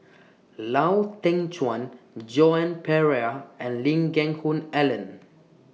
Lau Teng Chuan Joan Pereira and Lee Geck Hoon Ellen